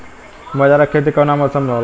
बाजरा के खेती कवना मौसम मे होला?